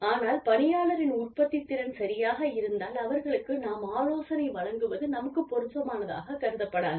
ஆனால் பணியாளரின் உற்பத்தித்திறன் சரியாக இருந்தால் அவர்களுக்கு நாம் ஆலோசனை வழங்குவது நமக்குப் பொருத்தமானதாகக் கருதப்படாது